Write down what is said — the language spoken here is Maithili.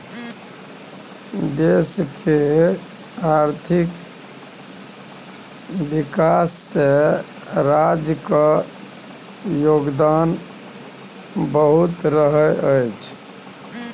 देशक आर्थिक विकासमे राज्यक सेहो योगदान रहैत छै